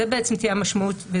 זו תהיה המשמעות.